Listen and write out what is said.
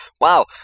Wow